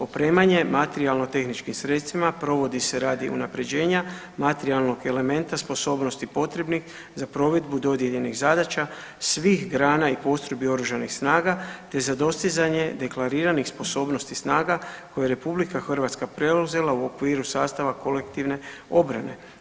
Opremanje materijalno tehničkim sredstvima provodi se radi unapređenja materijalnog elementa sposobnosti potrebnih za provedbu dodijeljenih zadaća svih grana i postrojbi oružanih snaga te za dostizanje deklariranih sposobnosti snaga koje RH preuzela u okviru sastava kolektivne obrane.